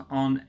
on